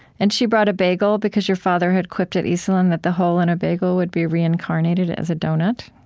and she brought a bagel, because your father had quipped at esalen that the hole in a bagel would be reincarnated as a donut?